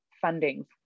funding